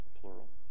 plural